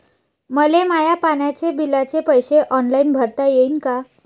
मले माया पाण्याच्या बिलाचे पैसे ऑनलाईन भरता येईन का?